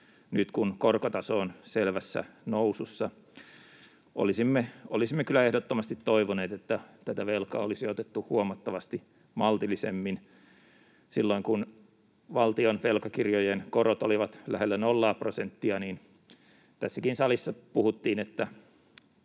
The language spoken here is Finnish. nyt, kun korkotaso on selvässä nousussa. Olisimme kyllä ehdottomasti toivoneet, että velkaa olisi otettu huomattavasti maltillisemmin. Silloin, kun valtion velkakirjojen korot olivat lähellä nollaa prosenttia, tässäkin salissa puhuttiin, että